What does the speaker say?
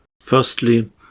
Firstly